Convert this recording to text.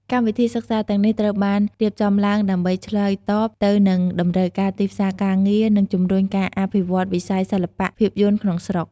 កម្មវិធីសិក្សាទាំងនេះត្រូវបានរៀបចំឡើងដើម្បីឆ្លើយតបទៅនឹងតម្រូវការទីផ្សារការងារ និងជំរុញការអភិវឌ្ឍវិស័យសិល្បៈភាពយន្តក្នុងស្រុក។